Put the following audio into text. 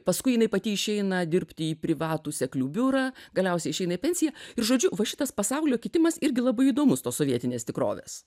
paskui jinai pati išeina dirbti į privatų seklių biurą galiausiai išeina į pensiją ir žodžiu va šitas pasaulio kitimas irgi labai įdomus tos sovietinės tikrovės